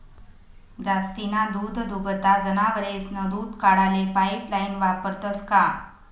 जास्तीना दूधदुभता जनावरेस्नं दूध काढाले पाइपलाइन वापरतंस का?